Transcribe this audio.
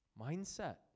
Mindset